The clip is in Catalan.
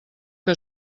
que